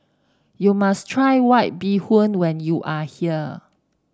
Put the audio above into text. you must try White Bee Hoon when you are here